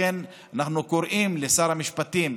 לכן אנחנו קוראים לשר המשפטים.